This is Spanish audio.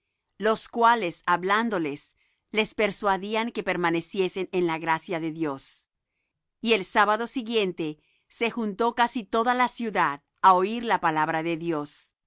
los cuales hablándoles les persuadían que permaneciesen en la gracia de dios y el sábado siguiente se juntó casi toda la ciudad á oir la palabra de dios